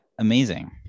Amazing